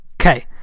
Okay